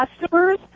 customers